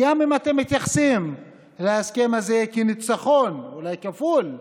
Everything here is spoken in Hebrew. גם אם אתם מתייחסים להסכם הזה כניצחון, אולי כפול,